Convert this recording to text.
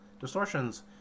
distortions